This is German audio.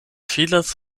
vieles